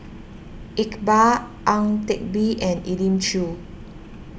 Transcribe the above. Iqbal Ang Teck Bee and Elim Chew